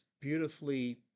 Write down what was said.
beautifully